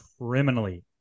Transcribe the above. criminally